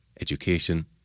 education